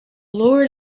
lord